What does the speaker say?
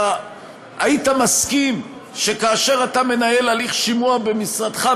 היית מסכים שכאשר אתה מנהל הליך שימוע במשרדך,